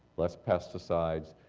less pesticides.